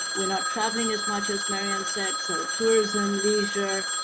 we're not traveling as much as marianne said. so tourism, leisure,